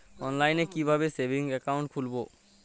অনলাইনে কিভাবে savings account খুলবো?